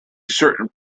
certain